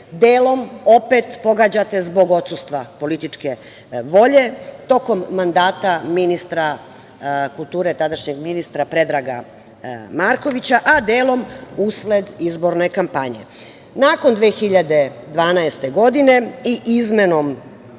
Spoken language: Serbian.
delom opet pogađate zbog odsustva političke volje tokom mandata ministra kulture, tadašnjeg ministra Predraga Markovića, a delom usled izborne kampanje. Nakon 2012. godine i izmenom